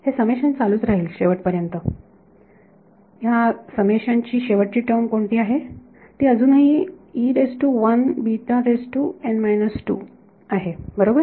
हे समेशन चालूच राहील शेवटपर्यंत ह्या समेशन ची शेवटची टर्म कोणती आहे ती अजूनही आहे बरोबर